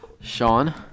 Sean